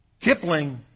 Kipling